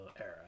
era